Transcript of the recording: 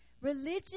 Religion